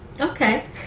Okay